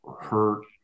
hurt